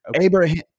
Abraham